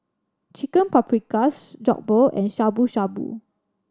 Chicken Paprikas Jokbal and Shabu Shabu